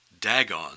Dagon